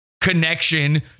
connection